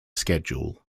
schedule